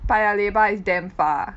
Paya Lebar is damn far